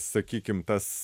sakykim tas